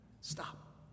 Stop